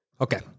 Okay